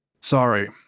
Sorry